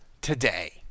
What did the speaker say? today